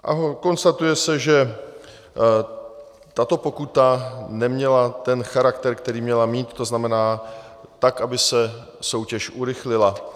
A konstatuje se, že tato pokuta neměla ten charakter, který měla mít, to znamená, tak aby se soutěž urychlila.